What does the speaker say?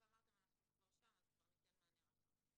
שאמרתם שאם אנחנו כבר שם אז ניתן מענה רחב.